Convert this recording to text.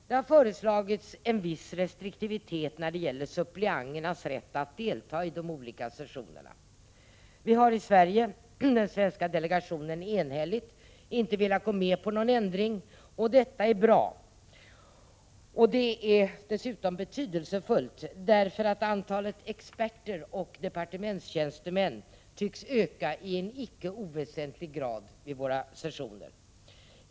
Det har föreslagits en viss restriktivitet när det gäller suppleanternas rätt att delta i de olika sessionerna. Den svenska delegationen har inte velat gå med på någon ändring, och detta är bra. Det är dessutom betydelsefullt, eftersom antalet experter och departementstjänstemän tycks öka i icke oväsentlig grad vid våra sessioner.